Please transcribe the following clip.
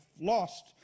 lost